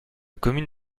commune